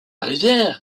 rivière